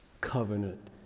covenant